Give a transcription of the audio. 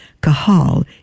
kahal